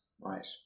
right